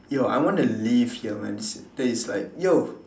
yo I wanna leave here man this place is like yo